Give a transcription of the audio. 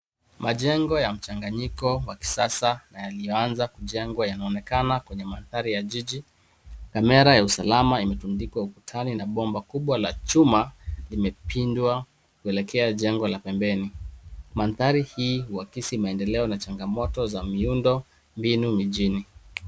Majengo ya mchanganyiko wa kisasa na yaliyoanza kujengwa yanaonekana kwenye mandhari ya jiji . Kamera ya usalama imetundikwa ukutani na bomba kubwa la chuma limepindwa kuelekea jengo la pembeni. Mandhari hii huakisi maendeleo na changamoto za miundombinu mijini.